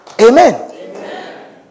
Amen